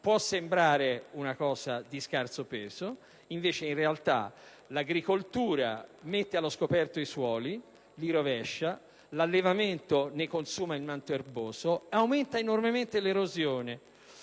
Può sembrare un fenomeno di scarso peso, ma l'agricoltura mette allo scoperto i suoli, rovesciandoli; l'allevamento ne consuma il manto erboso; aumenta enormemente l'erosione,